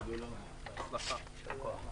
בהצלחה גדולה.